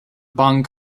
bang